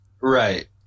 Right